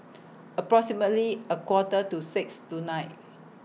approximately A Quarter to six tonight